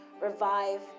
revive